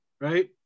right